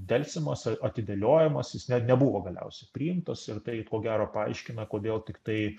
delsiamas ir atidėliojamas jis net nebuvo galiausiai priimtas ir tai ko gero paaiškina kodėl tiktai